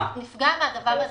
נפגעת מהדבר הזה.